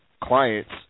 clients